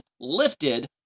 lifted